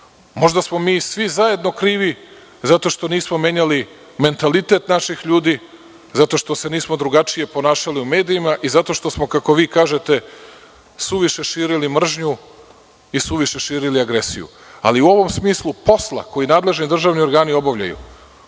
Možda smo mi svi zajedno krivi zato što nismo menjali mentalitet samih ljudi, zato što se nismo drugačije ponašali u medijima i zato što smo, kako vi kažete, suviše širili mržnju i suviše širili agresiju.U ovom smislu posla koji nadležni državni organi reaguju